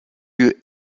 lieu